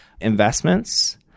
investments